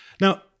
Now